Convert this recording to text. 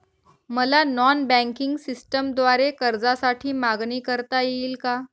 मला non banking सिस्टमद्वारे कर्जासाठी मागणी करता येईल का?